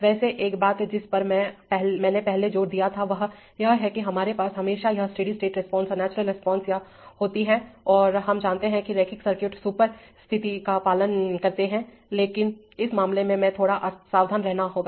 वैसे एक बात जिस पर मैंने पहले जोर दिया था वह यह है कि हमारे पास हमेशा यह स्टेडी स्टेट रिस्पांस और नेचुरल रिस्पांस या होती है और हम जानते हैं कि रैखिक सर्किट सुपर स्थिति का पालन करते हैं लेकिन इस मामले में हमें थोड़ा सावधान रहना होगा